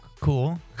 cool